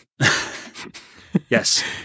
Yes